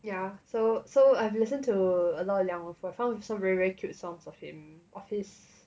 ya so so I've listened to a lot of liang wen fu I found with some very very cute songs of him of his